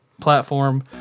Platform